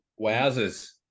wowzers